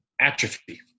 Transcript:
Atrophy